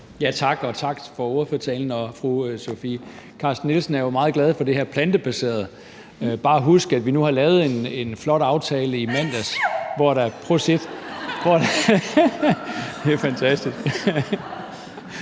tak for ordførertalen. Fru Sofie Carsten Nielsen er jo meget glad for det her plantebaserede. Man skal bare huske, at vi nu har lavet en flot aftale i mandags, og man skal bare lige